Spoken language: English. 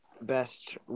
best